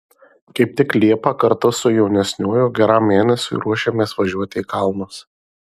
kaip tik liepą kartu su jaunesniuoju geram mėnesiui ruošiamės važiuoti į kalnus